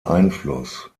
einfluss